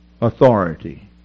authority